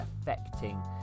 affecting